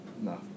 No